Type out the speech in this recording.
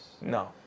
No